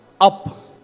Up